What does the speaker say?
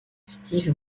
steve